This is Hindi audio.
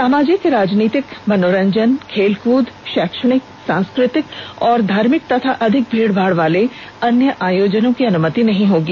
सामाजिक राजनीतिक मनोरंजन खेलकूद शैक्षिक सांस्कृतिक और धार्मिक तथा अधिक भीड़ भाड़ वाले अन्य आयोजनों की अनुमति नहीं होगी